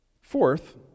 Fourth